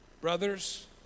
brothers